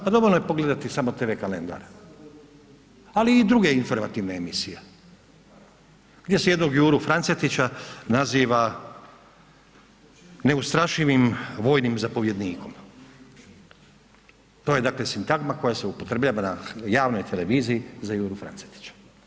Pa dovoljno je pogledati samo TV kalendar ali i druge informativne emisije gdje se jednog Juru Francetića naziva neustrašivim vojnim zapovjednikom, to je dakle sintagma koja se upotrjebljava na javnoj televiziji za Juru Francetića.